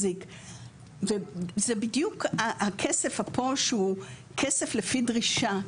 זה בדיוק הכסף פה שהוא כסף לפי דרישה,